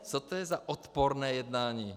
Co to je za odporné jednání?